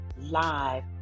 live